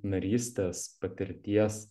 narystės patirties